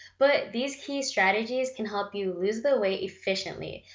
but these key strategies can help you lose the weight efficiently,